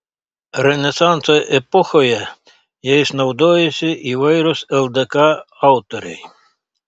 renesanso epochoje jais naudojosi įvairūs ldk autoriai